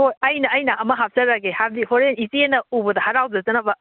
ꯑꯩ ꯑꯃ ꯍꯥꯞꯆꯔꯒꯦ ꯍꯥꯏꯕꯗꯤ ꯍꯣꯔꯦꯟ ꯏꯆꯦꯅ ꯎꯕꯗ ꯍꯔꯥꯎꯖꯅꯅꯕ